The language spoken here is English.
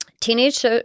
Teenage